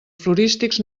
florístics